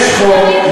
יש חוק,